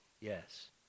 yes